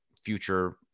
future